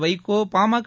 Vaiko PMK